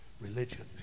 religion